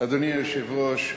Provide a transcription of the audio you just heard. אדוני היושב-ראש,